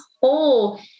whole